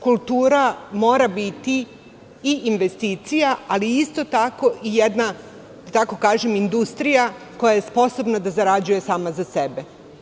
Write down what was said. Kultura mora biti i investicija, ali i isto tako jedna industrija koja je sposobna da zarađuje sama za sebe.